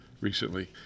recently